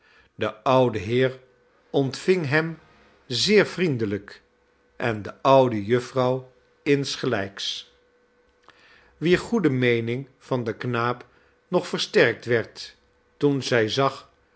de oude heer ontving hem zeer vriendelijk en de oude jufvrouw insgelijks wier goede meening van den knaap nog versterkt werd toen zij zag